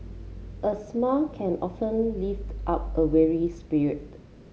a smile can often lift up a weary spirit